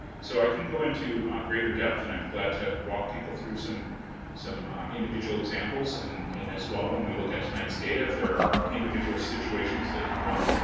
so i can go into greater depth and i'd be glad to walk people through some some individual examples and and as well, when we look at tonight's data and there are individual situations that come up.